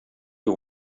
you